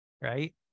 Right